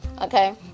Okay